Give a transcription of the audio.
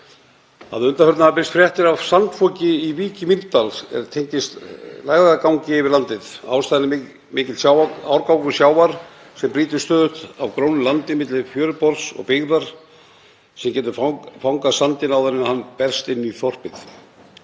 Að undanförnu hafa birst fréttir af sandfoki í Vík í Mýrdal er tengist lægðagangi yfir landið. Ástæðan er mikill ágangur sjávar sem brýtur stöðugt á grónu landi milli fjöruborðs og byggðar sem getur fangað sandinn áður en hann berst inn í þorpið.